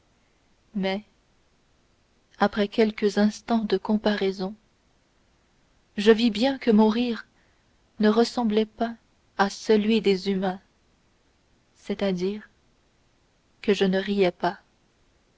mais après quelques instants de comparaison je vis bien que mon rire ne ressemblait pas à celui des humains c'est-à-dire que je ne riais pas